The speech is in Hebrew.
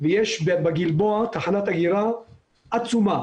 ויש בגלבוע תחנת אגירה עצומה.